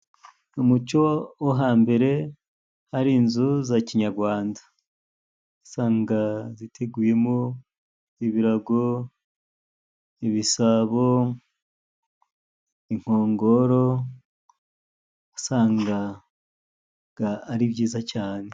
Mu umuco wo hambere hari inzu za kinyarwanda .Usanga ziteguyemo ibirago ,ibisabo ,inkongoro, wasangaga ari byiza cyane.